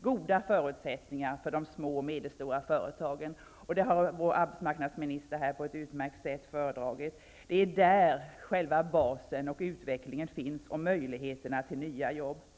goda förutsättningar för de små och medelstora företagen -- det har vår arbetsmarknadsminister på ett utmärkt sätt föredragit här. Det är där själva basen för utvecklingen finns och det är där möjligheterna till nya jobb ligger.